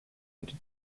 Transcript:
into